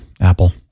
apple